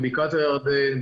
בבקעת הירדן,